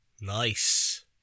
Nice